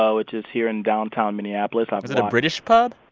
ah which is here in downtown minneapolis. um is it a british pub?